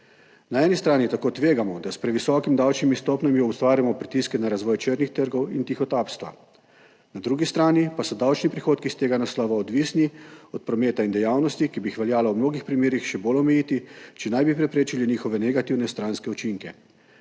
Na eni strani tako tvegamo, da s previsokimi davčnimi stopnjami ustvarjamo pritiske na razvoj črnih trgov in tihotapstva, na drugi strani pa so davčni prihodki iz tega naslova odvisni od prometa in dejavnosti, ki bi jih veljalo v mnogih primerih še bolj omejiti, če naj bi preprečili njihove negativne stranske učinke.